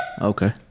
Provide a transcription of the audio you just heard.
Okay